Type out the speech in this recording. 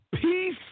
peace